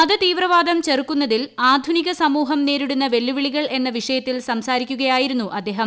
മതതീവ്രവാദം ചെറുക്കുന്നതിൽ ആധുനിക സമൂഹം നേരിടുന്ന വെല്ലുവിളികൾ എന്ന വിഷയത്തിൽ സംസാരിക്കുകയായിരുന്നു അദ്ദേഹം